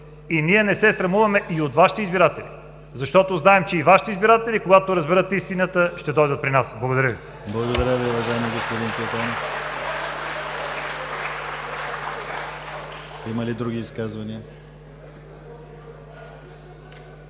Ние не се срамуваме и от Вашите избиратели, защото знаем, че и Вашите избиратели, когато разберат истината, ще дойдат при нас! Благодаря.